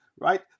right